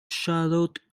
charlotte